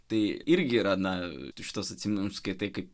tai irgi yra na šitos atsimenu nu skaitai kaip